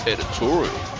Editorial